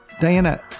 Diana